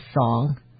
song